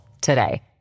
today